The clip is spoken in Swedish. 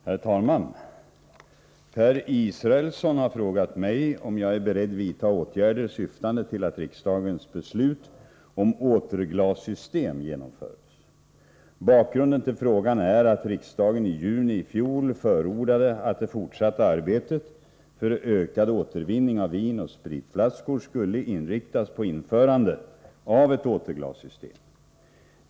Herr talman! Per Israelsson har frågat mig om jag är beredd vidta åtgärder syftande till att riksdagens beslut om återglassystem genomföres. Bakgrunden till frågan är att riksdagen i juni i fjol förordade att det fortsatta arbetet för ökad återvinning av vinoch spritflaskor skulle inriktas på införande av ett återglassystem.